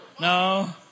No